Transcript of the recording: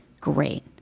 great